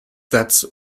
that